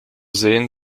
sehen